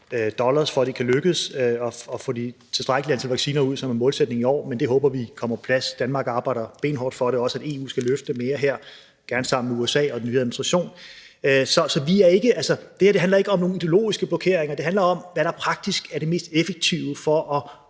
for at det kan lykkes at få det antal vacciner ud, som er målsætningen i år, men det håber vi kommer på plads. Danmark arbejder benhårdt for det og også for, at EU skal løfte mere her, gerne sammen med USA og den nye administration. Det her handler ikke om nogen ideologiske blokeringer. Det handler om, hvad der praktisk er det mest effektive for at